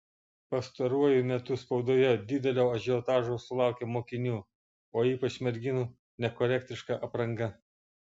pastaruoju metu spaudoje didelio ažiotažo sulaukia mokinių o ypač merginų nekorektiška apranga